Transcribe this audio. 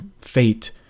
fate